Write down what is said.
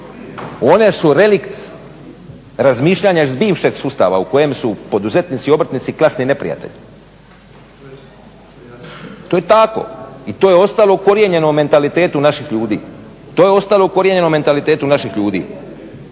One su relikt razmišljanja iz bivšeg sustava u kojem su poduzetnici i obrtnici klasni neprijatelji. To je tako i ostalo ukorijenjeno u mentalitetu naših ljudi. To je ostalo ukorijenjeno u mentalitetu naših ljudi.